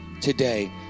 today